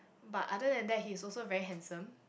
but other than that he is also very handsome